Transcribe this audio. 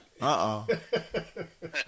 Uh-oh